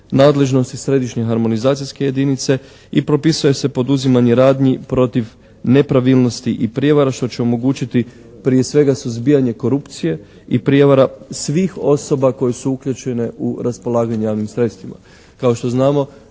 nadležnosti središnje harmonizacijske jedinice i propisuje se poduzimanje radnji protiv nepravilnosti i prijevara što će omogućiti prije svega suzbijanje korupcije i prijevara svih osoba koje su uključene u raspolaganje javnim sredstvima. Kao što znamo